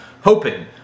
Hoping